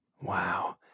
Wow